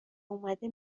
اومده